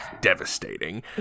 devastating